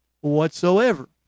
whatsoever